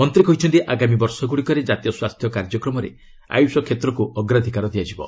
ମନ୍ତ୍ରୀ କହିଛନ୍ତି ଆଗାମୀ ବର୍ଷ ଗୁଡ଼ିକରେ ଜାତୀୟ ସ୍ୱାସ୍ଥ୍ୟ କାର୍ଯ୍ୟକ୍ରମରେ ଆୟୁଷ କ୍ଷେତ୍ରକୁ ଅଗ୍ରାଧିକାର ଦିଆଯିବ